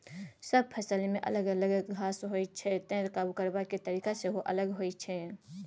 सब फसलमे अलग अलग घास होइ छै तैं काबु करबाक तरीका सेहो अलग होइ छै